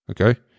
okay